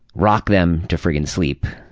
rock them to friggin' sleep.